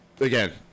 again